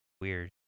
weird